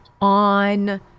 On